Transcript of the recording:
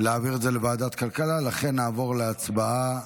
להעביר את זה לוועדת הכלכלה, ולכן נעבור להצבעה.